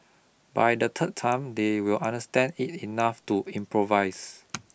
by the third time they will understand it enough to improvise